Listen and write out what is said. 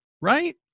right